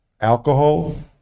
alcohol